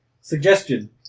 Suggestion